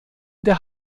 der